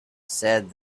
said